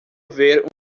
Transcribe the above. ver